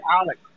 Alex